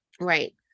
right